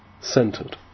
centered